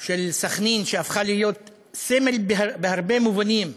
של סח'נין, שהפכה להיות סמל בהרבה מובנים.